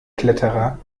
kletterer